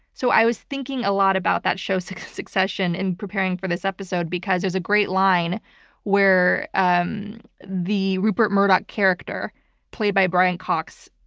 so i was thinking a lot about that show, so succession, in preparing for this episode because there's a great line where um the rupert murdoch character played by brian cox,